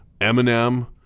Eminem